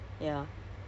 ya